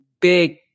big